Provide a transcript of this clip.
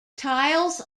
tiles